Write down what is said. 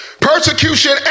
Persecution